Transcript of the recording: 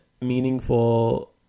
meaningful